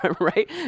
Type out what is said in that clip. right